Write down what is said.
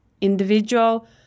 individual